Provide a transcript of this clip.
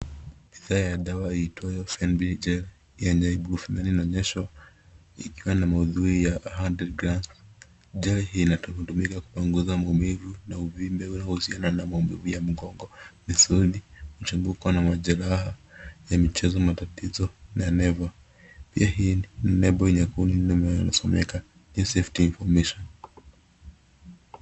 Bidhaa ya dawa iitwayo Fenbid gel yenye ibuprofen inaonyeshwa ikiwa na maudhui ya one hundred grams . Gel hii inatumika kupunguza maumivu na uvimbe unaohusiana na maumivu ya mgongo, misuli, mchambuko na majeraha ya michezo, matatizo ya nerve . Pia hii ni lebo nyekundu inayosomeka, important safety information .